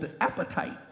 appetite